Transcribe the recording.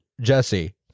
Jesse